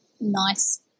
nice